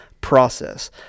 process